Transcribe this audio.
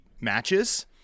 matches